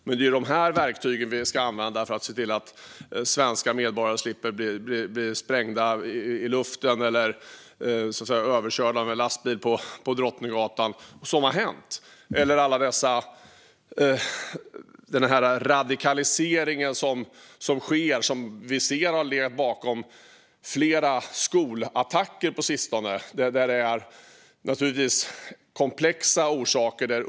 Det är de här verktygen vi ska använda för att se till att svenska medborgare slipper bli sprängda i luften eller överkörda av en lastbil på Drottninggatan, vilket har hänt. Den radikalisering som på sistone legat bakom flera skolattacker finns det naturligtvis komplexa orsaker till.